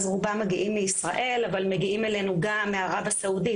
אז רובם מגיעים מישראל אבל מגיעים אלינו גם מערב הסעודית,